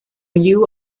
you